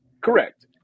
Correct